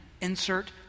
insert